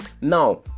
now